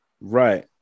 Right